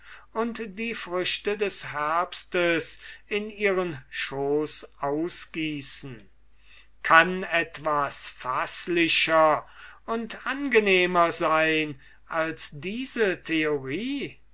und die früchte des herbstes in ihren schoß ausgießen kann etwas faßlicher und angenehmer sein als diese theorie